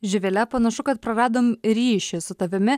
živile panašu kad praradom ryšį su tavimi